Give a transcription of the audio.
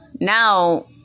now